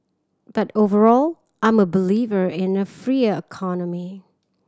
but overall I'm a believer in a freer economy